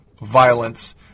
violence